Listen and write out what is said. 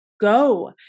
go